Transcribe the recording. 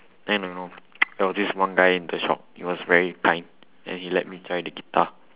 I don't know there was this one guy in the shop he was very kind and he let me try the guitar